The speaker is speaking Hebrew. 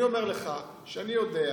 אני אומר לך שאני יודע,